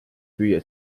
püüa